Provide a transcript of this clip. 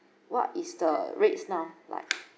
what is the rates now like